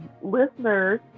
listeners